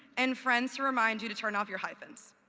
and friends to remind you to turn off your hyphens.